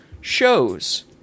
shows